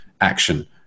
action